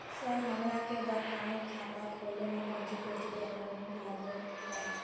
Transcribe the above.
Sir हमरा के बताएं खाता खोले में कोच्चि कोच्चि डॉक्यूमेंट लगो है?